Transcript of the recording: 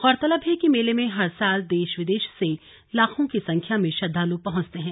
गौरतलब है कि मेले में हर साल देश विदेश से लाखों की संख्या में श्रद्वाल पहुंचते हैं